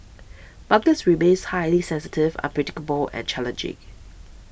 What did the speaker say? markets remains highly sensitive unpredictable and challenging